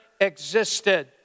existed